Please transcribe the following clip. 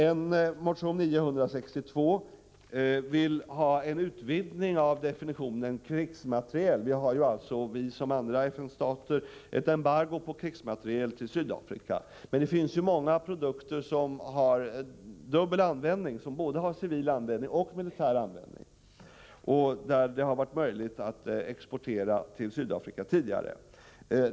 I motion 962 vill vi att definitionen av krigsmateriel skall utvidgas. Sverige har liksom andra FN-stater ett embargo på krigsmateriel till Sydafrika. Men det finns många produkter som har dubbel användning, dvs. både civil och militär, och som det tidigare har varit möjligt att exportera till Sydafrika.